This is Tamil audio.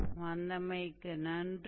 இன்று வந்தமைக்கு நன்றி